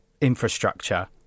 infrastructure